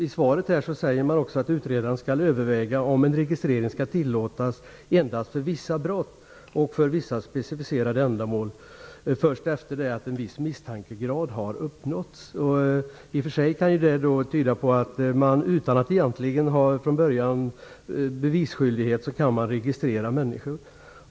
I svaret säger man också att utredaren skall överväga om en registrering skall tillåtas endast för vissa brott och för vissa specificerade ändamål och först efter det att en viss misstankegrad har uppnåtts. Det kan i och för sig tyda på att man, utan att från början egentligen ha bevisskyldighet, kan registrera människor.